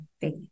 faith